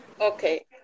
Okay